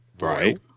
Right